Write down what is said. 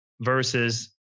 versus